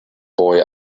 boy